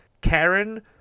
Karen